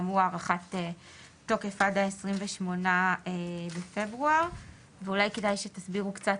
גם הוא הארכת התוקף עד ה-28 לפברואר ואולי כדאי שתסבירו קצת.